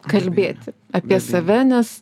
kalbėti apie save nes